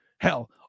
Hell